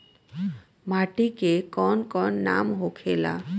माटी के कौन कौन नाम होखे ला?